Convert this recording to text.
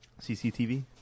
CCTV